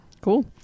Cool